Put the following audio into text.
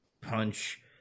punch